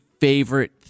favorite